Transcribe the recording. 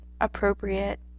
appropriate